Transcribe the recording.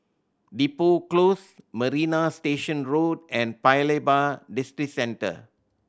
Depot Close Marina Station Road and Paya Lebar Districentre